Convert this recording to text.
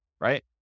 Right